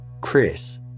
Chris